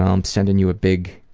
i'm sending you a big